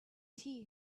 tea